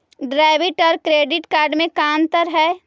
Debit और credit card में का अंतर है?